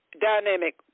dynamic